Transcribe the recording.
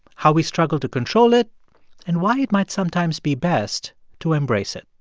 how we struggle to control it and why it might sometimes be best to embrace it.